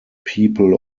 people